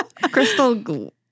crystal